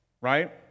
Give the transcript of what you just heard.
right